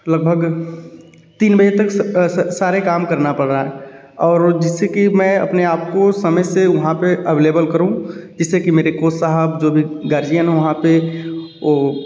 लगभग तीन बजे तक सारे काम करना पड़ रहा है और जिससे कि मैं अपने आपको समय से वहाँ पे अवेलेबल करूँ जिससे कि मेरे कोच साहब जो भी गार्जियन हैं वहाँ पे वो